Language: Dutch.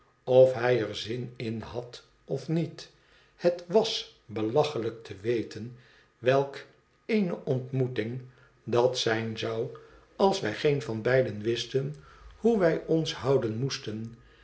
of hij er zin in had of niet het w belachelijk te weten welk eene ontmoeting dat zijn zou als wij geen van beiden wisten hoe wij ons houden moesten